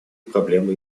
проблемы